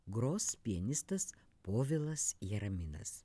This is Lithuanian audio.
gros pianistas povilas jaraminas